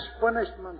punishment